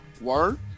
word